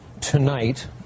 tonight